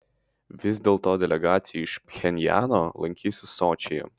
vis dėl to delegacija iš pchenjano lankysis sočyje